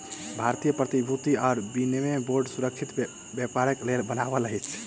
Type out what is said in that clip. भारतीय प्रतिभूति आ विनिमय बोर्ड सुरक्षित व्यापारक लेल बनल अछि